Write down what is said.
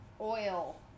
oil